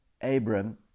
Abram